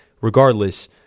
regardless